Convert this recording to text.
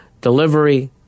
delivery